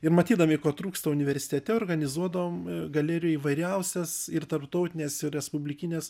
ir matydami ko trūksta universitete organizuodavom galerijoj įvairiausias ir tarptautines respublikines